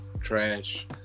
Trash